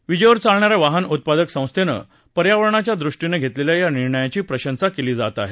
विजेवर चालणाऱ्या वाहन उत्पादक संस्थेनं पर्यावरणाच्या दृष्टीनं घेतलेल्या या निर्णयाची प्रशंसा केली आहे